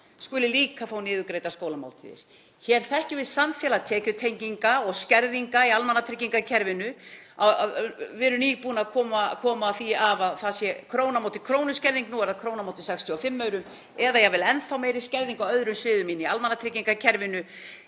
skuli líka fá niðurgreiddar skólamáltíðir. Hér þekkjum við samfélag tekjutenginga og skerðinga í almannatryggingakerfinu. Við erum nýbúin að koma því af að það sé króna á móti krónu skerðing. Núna er það króna á móti 65 aurum eða jafnvel enn þá meiri skerðing á öðrum sviðum í almannatryggingakerfinu,